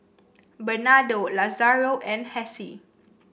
Bernardo Lazaro and Hassie